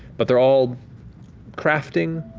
but they're all crafting,